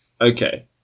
okay